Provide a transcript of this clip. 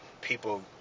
people